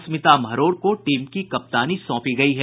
स्मिता महरौर को टीम की कप्तानी सौंपी गयी है